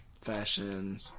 Fashion